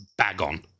Bagon